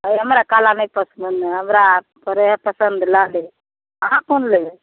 हमरा काला नहि पसंद हय हमरा पड़ै हय पसंद लाले अहाँ कोन लेबै